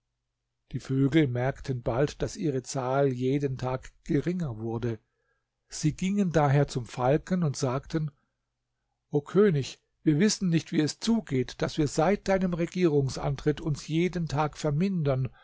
die vögel merkten bald daß ihre zahl jeden tag geringer wurde sie gingen daher zum falken und sagten o könig wir wissen nicht wie es zugeht daß wir seit deinem regierungsantritt uns jeden tag vermindern